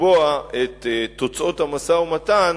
לקבוע את תוצאות המשא-ומתן,